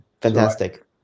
Fantastic